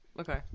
okay